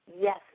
yes